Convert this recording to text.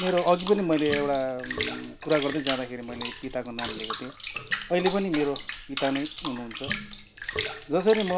मेरो अघि पनि मैले एउटा कुरा गर्दै जाँदाखेरि मैले पिताको नाम लिएको थिएँ अहिले पनि मेरो पिता नै हुनुहुन्छ जसरी म